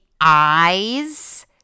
eyes